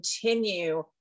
continue